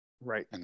Right